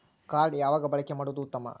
Card ಯಾವಾಗ ಬಳಕೆ ಮಾಡುವುದು ಉತ್ತಮ?